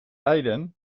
lijden